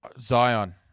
Zion